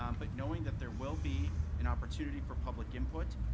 um but knowing that there will be an opportunity for public input,